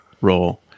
role